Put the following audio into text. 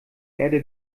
erde